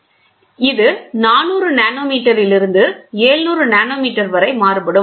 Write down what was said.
எனவே இது 400 நானோமீட்டரிலிருந்து 700 நானோமீட்டர் வரை மாறுபடும்